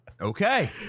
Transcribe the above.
Okay